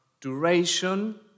duration